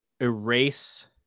erase